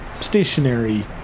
stationary